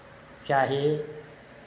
चाही